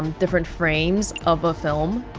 um different frames of a film?